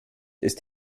ist